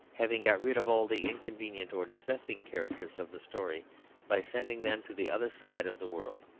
having got rid of all the inconvenient or distressing characters of the story by sending them to the other side of the world.